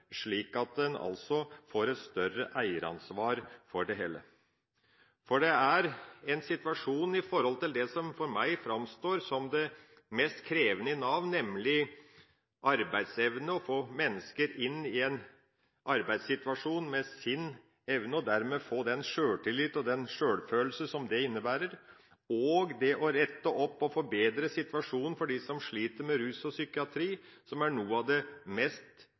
hele. Det som for meg framstår som noe av det viktigste og mest krevende i Nav, er nemlig det å få mennesker inn i en arbeidssituasjon med den arbeidsevnen de har – for derved å gi dem den sjøltillit og den sjølfølelse som det innebærer – og det å rette opp og forbedre situasjonen for dem som sliter med rus og psykiatri. Samspillet som må til mellom offentlige etater og frivillig sektor, kan ikke undervurderes. Det er også en del av